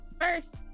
first